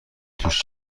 توش